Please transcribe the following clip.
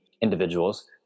individuals